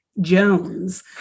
Jones